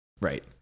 Right